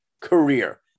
career